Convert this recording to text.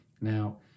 Now